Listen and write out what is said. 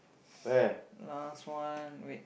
last one wait